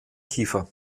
kiefer